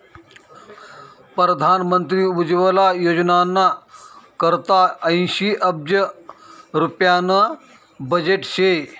परधान मंत्री उज्वला योजनाना करता ऐंशी अब्ज रुप्याना बजेट शे